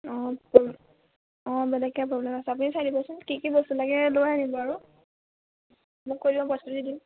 অঁ অঁ বেলেগ কিবা প্ৰব্লেম আছে আপুনি চাই দিবচোন কি কি বস্তু লাগে লৈ আনিব আৰু মোক কৈ দিব পইছাটো দি দিম